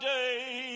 day